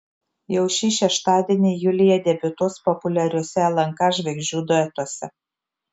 jau šį šeštadienį julija debiutuos populiariuose lnk žvaigždžių duetuose